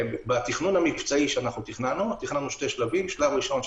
בתכנון המבצעי שלנו תכננו שני שלבים: שלב ראשון,